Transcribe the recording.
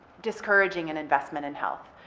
discouraging an investment in health.